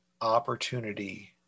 opportunity